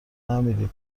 نمیری